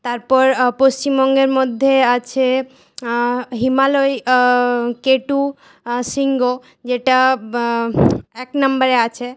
তারপর পশ্চিমবঙ্গের মধ্যে আছে হিমালয় কেটু শৃঙ্গ যেটা এক নম্বরে আছে